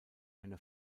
eine